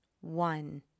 one